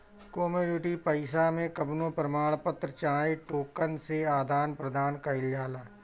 commodity पईसा मे कवनो प्रमाण पत्र चाहे टोकन से आदान प्रदान कईल जाला